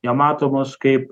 jie mato mus kaip